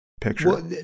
picture